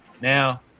now